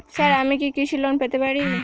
Sir আমি কি কৃষি লোন পেতে পারি?